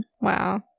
Wow